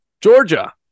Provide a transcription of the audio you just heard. Georgia